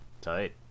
Tight